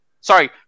sorry